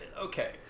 Okay